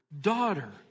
Daughter